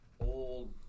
old